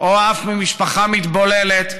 או אף ממשפחה מתבוללת,